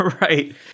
Right